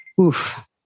Oof